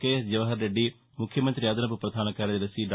KS Jawahar Reddy ముఖ్యమంత్రి అదనపు పధాన కార్యదర్శి డా